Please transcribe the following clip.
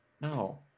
No